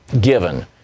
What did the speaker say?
given